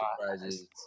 surprises